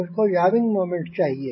मुझ को yawing moment चाहिए